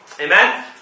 Amen